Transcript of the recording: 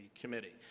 Committee